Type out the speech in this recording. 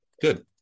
good